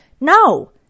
No